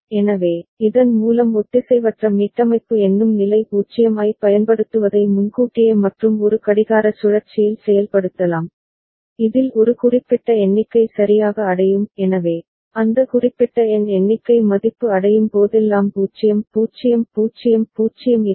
எனவே இதன் மூலம் ஒத்திசைவற்ற மீட்டமைப்பு எண்ணும் நிலை 0 ஐப் பயன்படுத்துவதை முன்கூட்டியே மற்றும் ஒரு கடிகார சுழற்சியில் செயல்படுத்தலாம் இதில் ஒரு குறிப்பிட்ட எண்ணிக்கை சரியாக அடையும் எனவே அந்த குறிப்பிட்ட எண் எண்ணிக்கை மதிப்பு அடையும் போதெல்லாம் 0 0 0 0 இருக்கும்